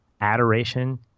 adoration